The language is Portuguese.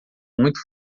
muito